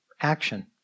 action